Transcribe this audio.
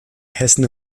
hessen